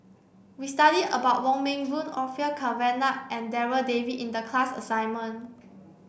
we studied about Wong Meng Voon Orfeur Cavenagh and Darryl David in the class assignment